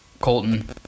Colton